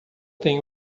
tem